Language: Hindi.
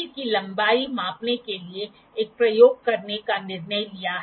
तो यह साइन बार की लंबाई निश्चित है इसलिए केवल यह L और यह h समस्या से समस्या में बदलता रहता है